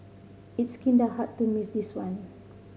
it's kinda hard to miss this one